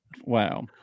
Wow